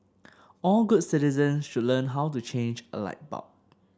all good citizens should learn how to change a light bulb